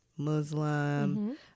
Muslim